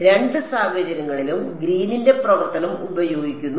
അതിനാൽ രണ്ട് സാഹചര്യങ്ങളിലും ഗ്രീനിന്റെ പ്രവർത്തനം ഉപയോഗിക്കുന്നു